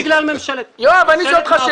לא בגלל ממשלת מעבר.